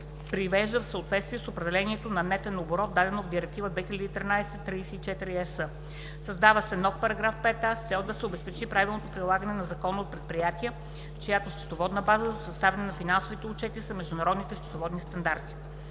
привежда в съответствие с определението за „нетен оборот“, дадено в Директива 2013/34/ЕС . Създава се нов § 5а с цел да се обезпечи правилното прилагане на Закона от предприятия, чиято счетоводна база за съставяне на финансовите отчети са международните счетоводни стандарти.